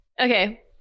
Okay